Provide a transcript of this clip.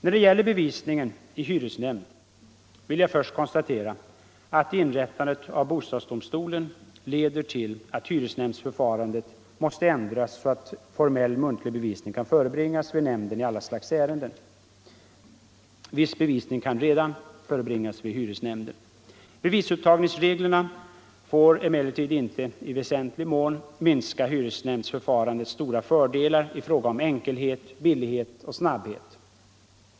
När det gäller bevisningen i hyresnämnd vill jag först konstatera att inrättandet av bostadsdomstolen leder till att hyresnämndsförfarandet måste ändras så att formell, muntlig bevisning kan förebringas vid nämnden i alla slags ärenden. Viss bevisning kan redan nu förebringas vid hyresnämnden. Bevisupptagningsreglerna får emellertid inte i väsentlig mån minska hyresnämndsförfarandets stora fördelar i fråga om enkelhet, billighet och snabbhet.